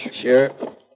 Sure